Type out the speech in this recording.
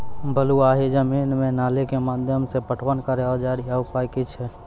बलूआही जमीन मे नाली के माध्यम से पटवन करै औजार या उपाय की छै?